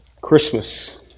Christmas